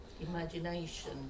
imagination